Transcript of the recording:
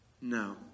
no